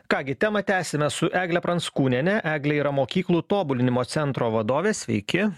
ką gi temą tęsime su egle pranckūniene eglė yra mokyklų tobulinimo centro vadovė sveiki